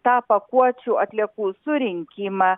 tą pakuočių atliekų surinkimą